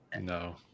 No